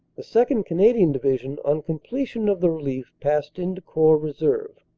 the second. canadian division, on completion of the relief, passed into corps reserve.